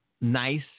nice